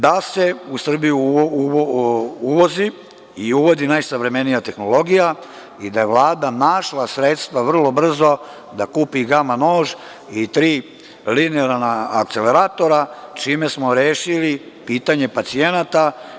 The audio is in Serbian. Da se u Srbiju uvozi i uvodi najsavremenija tehnologija i da je Vlada našla sredstva vrlo brzo da kupi „gama nož“ i tri linearna akceleratora, čime smo rešili pitanje pacijenata.